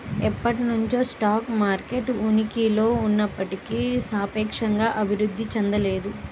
ఎప్పటినుంచో stock market ఉనికిలో ఉన్నప్పటికీ సాపేక్షంగా అభివృద్ధి చెందలేదు